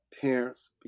parents